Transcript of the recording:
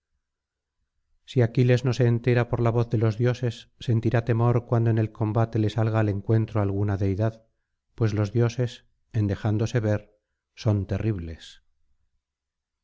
si aquiles no se entera por la voz de los dioses sentirá temor cuando en el combate le salga al encuentro alguna deidad pues los dioses en dejándose ver son terribles